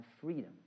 freedom